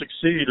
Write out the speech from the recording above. succeed